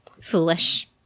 Foolish